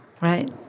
Right